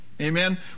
Amen